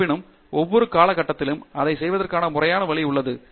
இருப்பினும் ஒவ்வொரு கட்டத்திலும் அதைச் செய்வதற்கான முறையான வழி உள்ளது